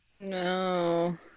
No